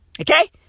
Okay